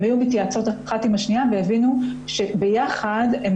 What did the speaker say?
כשהן היו מתייעצות אחת עם השנייה הן הבינו שביחד הן